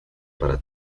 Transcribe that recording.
para